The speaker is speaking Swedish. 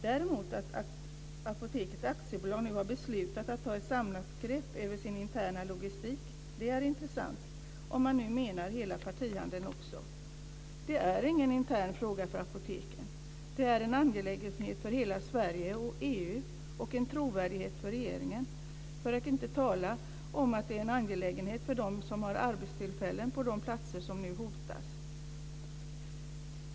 Däremot är det intressant att Apoteket AB nu har beslutat att ta ett samlat grepp över sin interna logistik - om man nu menar hela partihandeln också. Det är ingen intern fråga för Apoteket. Det är en angelägenhet för hela Sverige och EU, och det är fråga om trovärdighet för regeringen. Det är också en angelägenhet för dem som har sina arbetstillfällen på de platser som nu hotas.